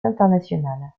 internationales